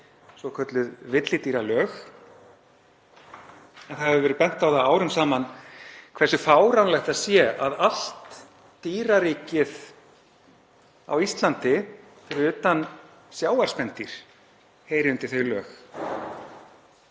svokölluð villidýralög. Það hefur verið bent á það árum saman hversu fáránlegt það sé að allt dýraríkið á Íslandi, fyrir utan sjávarspendýr, heyri undir þau lög,